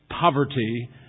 poverty